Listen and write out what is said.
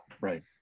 right